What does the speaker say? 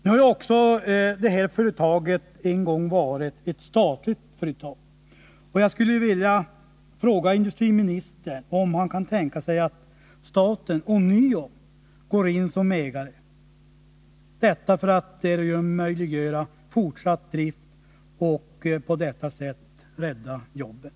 Nu har det här företaget också en gång varit ett statligt företag, och jag skulle vilja fråga industriministern om han kan tänka sig att staten ånyo går in som ägare, för att möjliggöra fortsatt drift och på detta sätt rädda jobben.